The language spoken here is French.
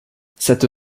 cette